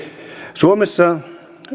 suomessa